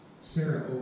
Sarah